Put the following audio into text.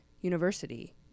university